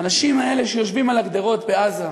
האנשים האלה שיושבים על הגדרות בעזה,